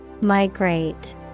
Migrate